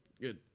good